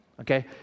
okay